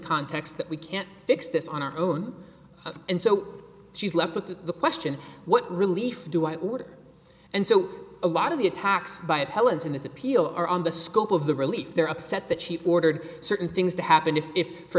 context that we can't fix this on our own and so she's left with the question what relief do i order and so a lot of the attacks by appellants and his appeal are on the scope of the relief they're upset that she ordered certain things to happen if if for